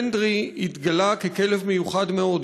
ברנדי התגלה ככלב מיוחד מאוד,